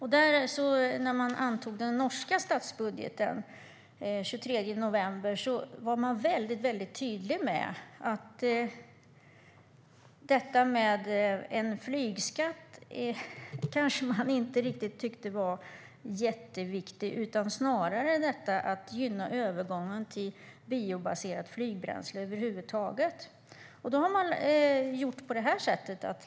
När stortinget antog den norska statsbudgeten den 23 november var man tydlig med att en flygskatt inte är så viktig utan snarare att gynna övergången till biobaserat flygbränsle. Då har man valt följande lösning.